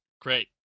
great